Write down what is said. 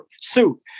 suit